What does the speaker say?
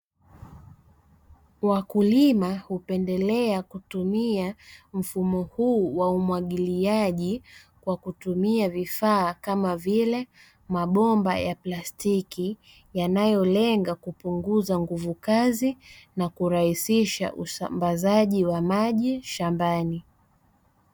Wakulima hupendelea kutumia mfumo huu wa umwagiliaji kwa kutumia vifaa kama vile mabomba ya plastiki yanayolenga kupunguza nguvu kazi na kurahisisha usambazaji wa maji shambani.